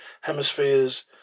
hemispheres